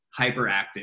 hyperactive